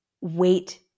wait